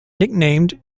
nicknamed